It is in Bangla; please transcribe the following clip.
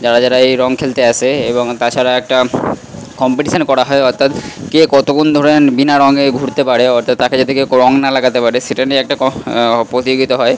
যারা যারা এই রঙ খেলতে আসে এবং তাছাড়াও একটা কম্পিটিশানও করা হয় অর্থাৎ কে কতক্ষণ ধরে বিনা রঙে ঘুরতে পারে অর্থাৎ তাকে যাতে কেউ রঙ না লাগাতে সেটা নিয়ে একটা প্রতিযোগিতা হয়